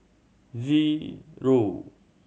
zero